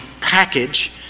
package